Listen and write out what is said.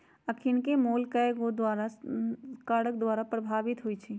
अखनिके मोल कयगो कारक द्वारा प्रभावित होइ छइ